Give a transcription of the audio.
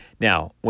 Now